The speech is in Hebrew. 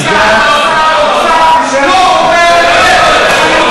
סגן שר האוצר לא אומר אמת.